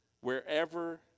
wherever